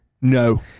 No